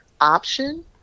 option